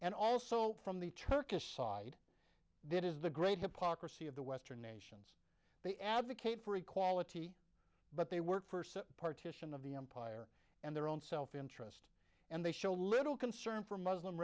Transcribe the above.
and also from the turkish side that is the great hypocrisy of the western nation they advocate for equality but they work for partition of the empire and their own self interest and they show little concern for muslim